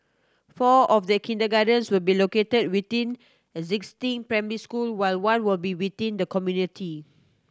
four of the kindergartens will be located within existing primary school while one will be within the community